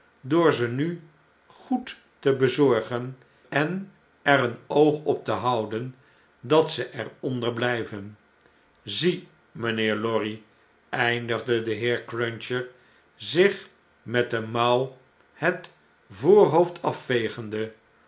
door ze nu goed te bezorgen en er een oog op te houden dat ze er onder blijven zie mijnheer lorry eindigde de heer cruncher zich met de mouw het voorhoofd afvegende